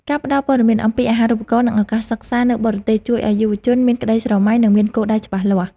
ការផ្ដល់ព័ត៌មានអំពីអាហារូបករណ៍និងឱកាសសិក្សានៅបរទេសជួយឱ្យយុវជនមានក្តីសង្ឃឹមនិងមានគោលដៅច្បាស់លាស់។